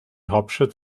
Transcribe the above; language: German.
hauptstadt